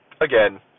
again